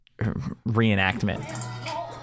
reenactment